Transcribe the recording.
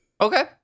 Okay